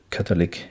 Catholic